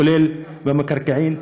כולל במקרקעין,